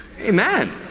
Amen